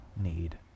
need